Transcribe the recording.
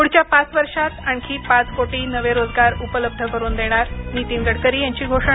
पुढच्या पाच वर्षात आणखी पाच कोटी नवे रोजगार उपलब्ध करून देणार नीतीन गडकरी यांची घोषणा